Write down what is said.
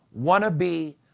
wannabe